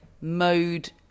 mode